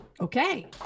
Okay